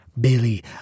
Billy